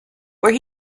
where